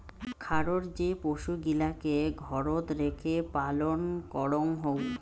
খারর যে পশুগিলাকে ঘরত রেখে পালন করঙ হউ